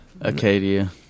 Acadia